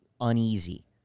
uneasy